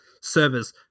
Servers